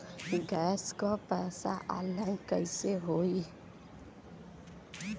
Gas क पैसा online कइसे होई?